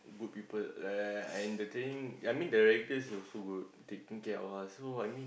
good people like I in the training ya I mean the rankers also good taking care of us so I mean